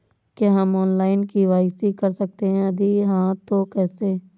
क्या हम online KYC कर सकते हैं यदि हाँ तो कैसे?